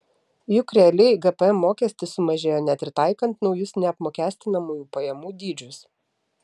juk realiai gpm mokestis sumažėjo net ir taikant naujus neapmokestinamųjų pajamų dydžius